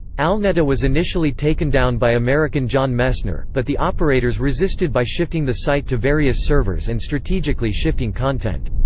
alneda was initially taken down by american jon messner, but the operators resisted by shifting the site to various servers and strategically shifting content.